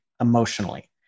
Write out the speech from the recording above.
emotionally